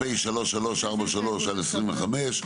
פ/3343/25,